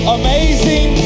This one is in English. amazing